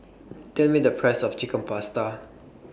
Tell Me The Price of Chicken Pasta